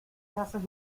haces